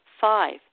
Five